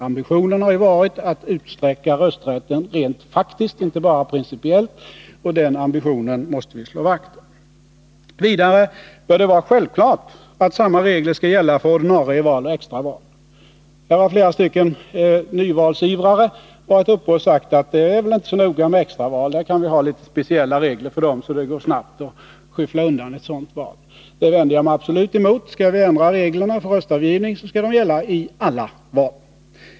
Ambitionen har ju varit att utsträcka rösträtten rent faktiskt, inte bara principiellt, och den ambitionen måste vi slå vakt om. Dessutom bör det vara självklart att samma regler skall gälla för ordinarie val och extraval. Här har flera nyvalsivrare varit uppe och sagt att det väl inte är så noga med extraval. Där kan vi väl ha litet speciella regler, så att det går snabbt att skyffla undan ett sådant val. Det vänder jag mig absolut emot. Skall vi ändra reglerna för röstavgivningen, så skall de gälla i alla val.